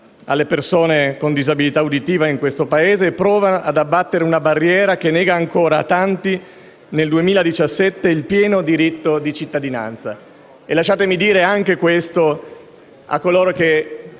alle persone con disabilità uditiva del Paese e provano ad abbattere una barriera che nega ancora a tanti, nel 2017, il pieno diritto di cittadinanza. Lasciatemi ripetere quest'ultima